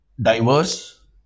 diverse